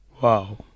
Wow